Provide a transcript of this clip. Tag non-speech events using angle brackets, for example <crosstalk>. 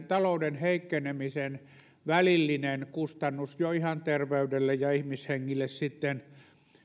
<unintelligible> talouden heikkenemisen välillinen kustannus jo ihan terveydelle ja ihmishengille sitten